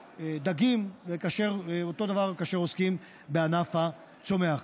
ואותו דבר כאשר עוסקים בענף הצומח.